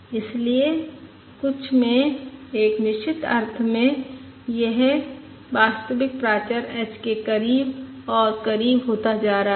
इसलिए कुछ में एक निश्चित अर्थ में यह वास्तविक प्राचर h के करीब और करीब होता जा रहा है